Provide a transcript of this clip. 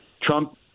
Trump